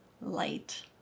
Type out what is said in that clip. light